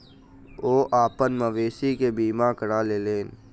ओ अपन मवेशी के बीमा करा लेलैन